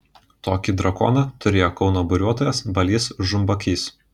tokį drakoną turėjo kauno buriuotojas balys žumbakys